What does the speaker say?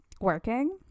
working